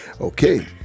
Okay